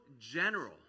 general